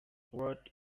what